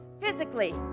physically